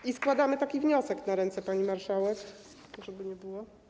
I składamy taki wniosek na ręce pani marszałek, żeby nie było.